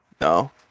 No